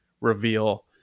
reveal